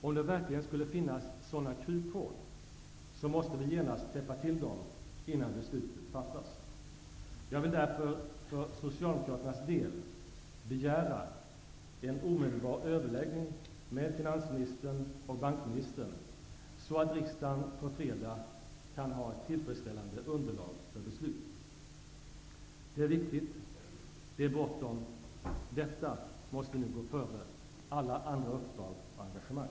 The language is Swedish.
Om det verkligen skulle finnas sådana kryphål, måste vi genast täppa till dem innan beslutet fattas. Jag vill därför för Socialdemokraternas del begära en omedelbar överläggning med finansministern och bankministern så att riksdagen på fredag kan ha ett tillfredsställande underlag för beslut. Det är viktigt. Det är bråttom. Detta måste nu gå före alla andra uppdrag och engagemang!